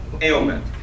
ailment